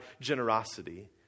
generosity